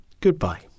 goodbye